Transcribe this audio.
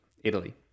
Italy